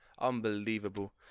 Unbelievable